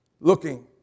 looking